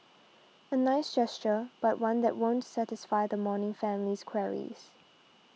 a nice gesture but one that won't satisfy the mourning family's queries